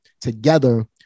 together